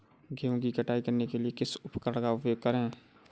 गेहूँ की कटाई करने के लिए किस उपकरण का उपयोग करें?